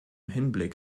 hinblick